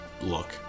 look